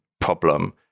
problem